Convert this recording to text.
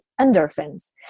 endorphins